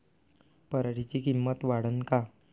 पराटीची किंमत वाढन का?